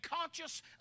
conscious